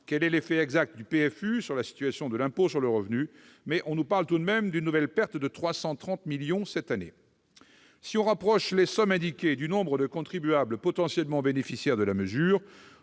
quel est l'effet exact du PFU sur le produit de l'impôt sur le revenu, mais on évoque tout de même une nouvelle perte de 330 millions d'euros cette année. Si l'on rapproche les sommes indiquées du nombre de contribuables potentiellement bénéficiaires de la mesure,